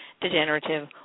degenerative